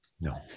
No